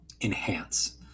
enhance